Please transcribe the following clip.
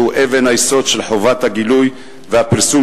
שהוא אבן היסוד של חובת הגילוי והפרסום